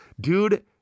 dude